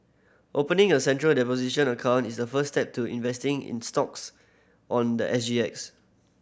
opening a Central account is the first step to investing in stocks on the S G X